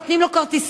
נותנים לו כרטיסייה.